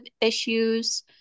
issues